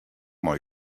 mei